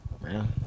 Man